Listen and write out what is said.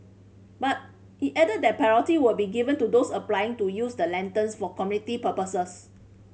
but it added that priority will be given to those applying to use the lanterns for community purposes